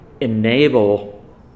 enable